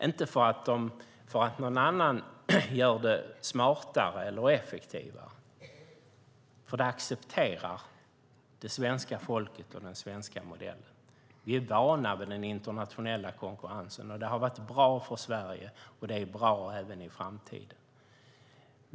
Det beror inte på att någon annan gör det smartare eller effektivare, för det accepterar det svenska folket och den svenska modellen. Vi är vana vid den internationella konkurrensen. Den har varit bra för Sverige, och den kommer att vara bra även i framtiden.